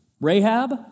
Rahab